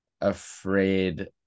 afraid